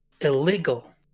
illegal